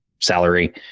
salary